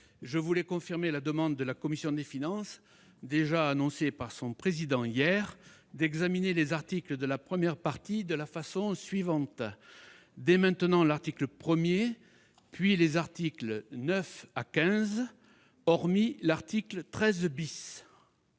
je voulais confirmer la demande de la commission des finances, déjà annoncée par son président hier, d'examiner les articles de la première partie de la façon suivante : dès maintenant l'article 1, puis les articles 9 à 15, hormis l'article 13 à